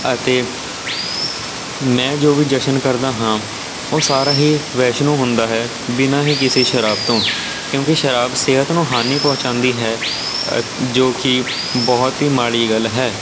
ਅਤੇ ਮੈਂ ਜੋ ਵੀ ਜਸ਼ਨ ਕਰਦਾ ਹਾਂ ਉਹ ਸਾਰਾ ਹੀ ਵੈਸ਼ਨੂੰ ਹੁੰਦਾ ਹੈ ਬਿਨਾਂ ਹੀ ਕਿਸੀ ਸ਼ਰਾਬ ਤੋਂ ਕਿਉਂਕਿ ਸ਼ਰਾਬ ਸਿਹਤ ਨੂੰ ਹਾਨੀ ਪਹੁੰਚਾਉਂਦੀ ਹੈ ਜੋ ਕਿ ਬਹੁਤ ਹੀ ਮਾੜੀ ਗੱਲ ਹੈ